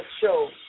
show